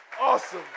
awesome